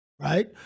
right